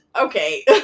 Okay